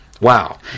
Wow